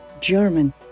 German